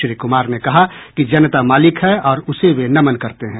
श्री कुमार ने कहा कि जनता मालिक है और उसे वे नमन करते हैं